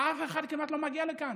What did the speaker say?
וכמעט אף אחד לא מגיע לכאן?